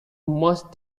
most